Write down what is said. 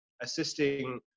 assisting